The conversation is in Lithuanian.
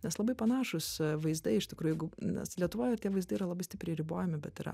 nes labai panašūs vaizdai iš tikrųjų nes lietuvoj ir tie vaizdai yra labai stipriai ribojami bet yra